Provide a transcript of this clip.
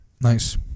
Nice